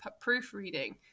proofreading